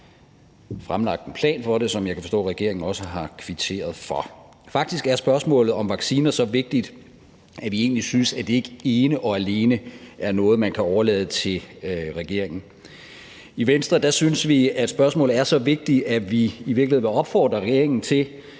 fremlagt en plan for det, som jeg kan forstå regeringen også har kvitteret for. Faktisk er spørgsmålet om vacciner så vigtigt, at vi egentlig synes, at det ikke er noget, man ene og alene kan overlade til regeringen. I Venstre synes vi, at spørgsmålet er så vigtigt, at vi i virkeligheden vil opfordre regeringen til